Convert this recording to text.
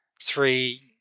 three